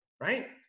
right